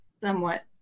somewhat